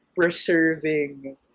preserving